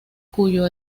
cuyo